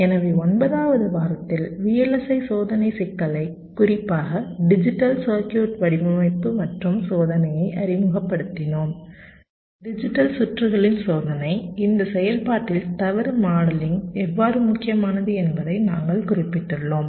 எனவே 9 வது வாரத்தில் VLSI சோதனை சிக்கலை குறிப்பாக டிஜிட்டல் சர்க்யூட் வடிவமைப்பு மற்றும் சோதனையை அறிமுகப்படுத்தினோம் டிஜிட்டல் சுற்றுகளின் சோதனை இந்த செயல்பாட்டில் தவறு மாடலிங் எவ்வாறு முக்கியமானது என்பதை நாங்கள் குறிப்பிட்டுள்ளோம்